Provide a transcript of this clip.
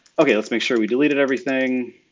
okay, let's make sure we deleted everything,